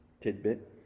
tidbit